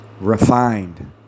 refined